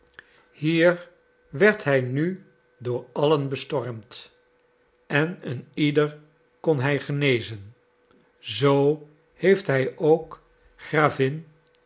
hier werd hij nu door allen bestormd en een ieder kon hij genezen zoo heeft hij ook gravin